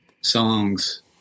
songs